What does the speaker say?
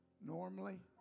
normally